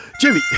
Jimmy